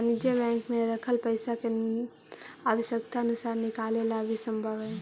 वाणिज्यिक बैंक में रखल पइसा के आवश्यकता अनुसार निकाले ला भी संभव हइ